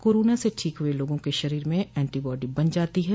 corona से ठीक हुए लोगों के शरीर में एंटी बॉडी बन जाती है